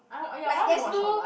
like there's no